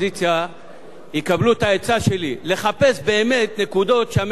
יקבלו את העצה שלי לחפש באמת נקודות שהממשלה חלשה בהן,